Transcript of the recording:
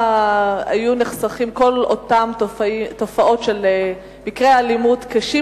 מכל אותן תופעות של מקרי אלימות קשים,